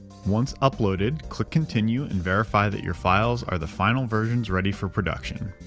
once uploaded, click continue. and verify that your files are the final versions ready for production.